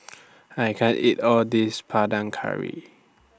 I can't eat All This Panang Curry